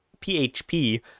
PHP